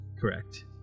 Correct